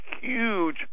huge